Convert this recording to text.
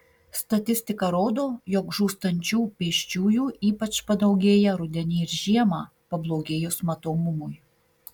statistika rodo jog žūstančių pėsčiųjų ypač padaugėja rudenį ir žiemą pablogėjus matomumui